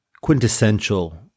quintessential